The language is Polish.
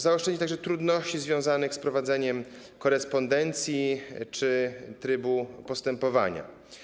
Zaoszczędzi to także trudności związanych z prowadzeniem korespondencji czy trybem postępowania.